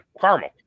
caramel